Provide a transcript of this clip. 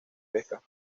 pesca